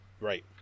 Right